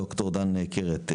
ד"ר דן קרת,